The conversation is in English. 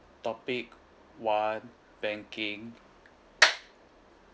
topic one banking